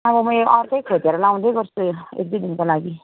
अब म अर्कै खोजेर लगाउँदै गर्छु एक दुई दिनको लागि